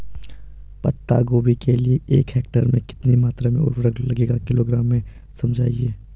पत्ता गोभी के लिए एक हेक्टेयर में कितनी मात्रा में उर्वरक लगेगा किलोग्राम में समझाइए?